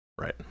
Right